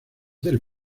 del